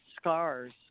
scars